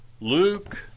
Luke